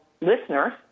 listeners